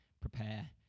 prepare